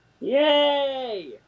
Yay